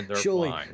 surely